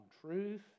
truth